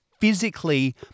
physically